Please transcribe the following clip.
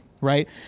right